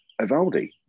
Evaldi